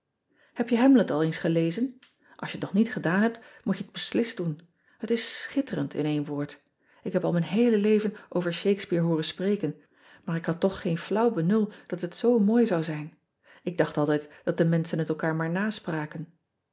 eb je amlet al eens gelezen ls je het nog niet gedaan hebt moet je het beslist doers et is schitterend in één woord k heb al mijn heele leven over hakespeare hooren spreken maar ik had toch geen flauw benul dat het zoo mooi zou zijn k dacht altijd dat de menschen het elkaar maar naspraken